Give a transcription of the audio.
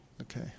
Okay